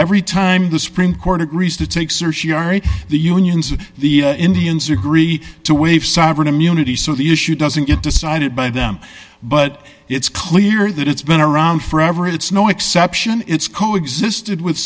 every time the supreme court agrees to take search yari the unions or the indians agree to waive sovereign immunity so the issue doesn't get decided by them but it's clear that it's been around forever it's no exception it's co existed with